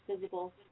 visible